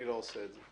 אני לא עושה את זה.